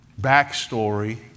backstory